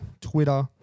Twitter